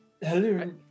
Hello